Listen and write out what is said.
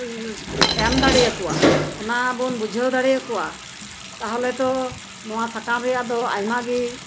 ᱮᱢ ᱫᱟᱲᱤᱭᱟᱠᱩᱣᱟ ᱚᱱᱟᱵᱩᱱ ᱵᱩᱡᱷᱟᱹᱣ ᱫᱟᱲᱤᱭᱟᱠᱩᱣᱟ ᱛᱟᱦᱚᱞᱮᱫᱚ ᱱᱚᱣᱟ ᱥᱟᱠᱟᱢ ᱨᱮᱭᱟᱜ ᱫᱚ ᱟᱭᱢᱟᱜᱤ